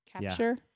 Capture